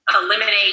eliminate